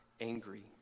angry